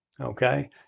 Okay